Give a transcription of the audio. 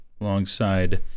Alongside